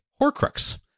Horcrux